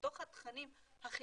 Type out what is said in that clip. בתוך התכנים החינוכיים,